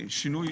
שנייה,